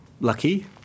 lucky